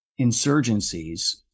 insurgencies